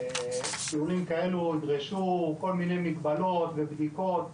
טיולים כאלה ידרשו כל מיני מגבלות ובדיקות.